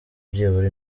byibura